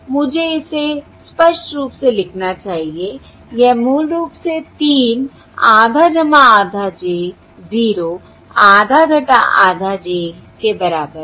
मुझे इसे स्पष्ट रूप से लिखना चाहिए यह मूल रूप से 3 आधा आधा j 0 आधा आधा j के बराबर है